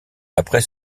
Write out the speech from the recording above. après